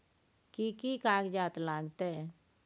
कि कि कागजात लागतै?